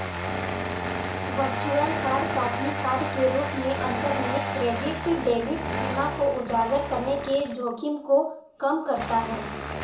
virtual card प्राथमिक card के रूप में अंतर्निहित क्रेडिट डेबिट सीमा को उजागर करने के जोखिम को कम करता है